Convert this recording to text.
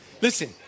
Listen